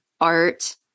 art